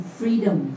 freedom